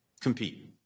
compete